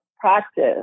practice